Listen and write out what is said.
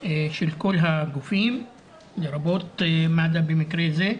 של כל הגופים לרבות מד"א במקרה זה,